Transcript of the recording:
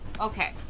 Okay